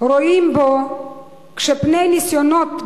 רואים בו שפני ניסיונות,